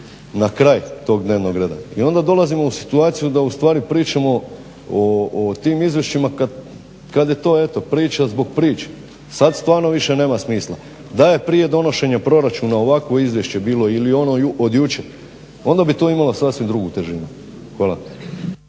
na kraj tog dnevnog reda i onda dolazimo u situaciju da ustvari pričamo o tim izvješćima kad je to eto priča zbog priče. Sad stvarno više nema smisla. Da je prije donošenja proračuna ovakvo izvješće bilo ili ono od jučer onda bi to imalo sasvim drugu svježinu. Hvala.